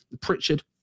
pritchard